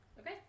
Okay